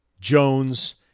Jones